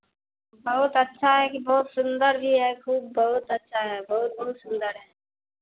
बहुत अच्छा है कि बहुत सुंदर भी है खूब बहुत अच्छा है बहुत बहुत सुंदर है